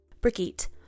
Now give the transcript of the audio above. Brigitte